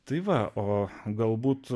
tai va o galbūt